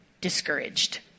discouraged